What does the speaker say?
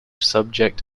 subject